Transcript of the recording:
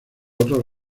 otros